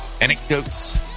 Anecdotes